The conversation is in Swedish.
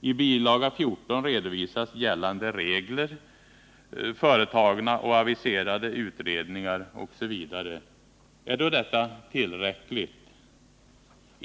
I bilaga 14 redovisas gällande regler, företagna och aviserade utredningar osv. Är då detta tillräckligt?